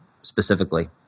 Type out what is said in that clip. specifically